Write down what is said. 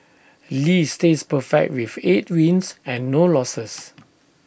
lee stays perfect with eight wins and no losses